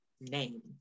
name